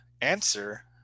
Answer